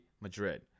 Madrid